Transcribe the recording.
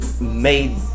made